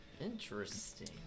Interesting